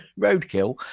roadkill